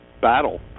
battle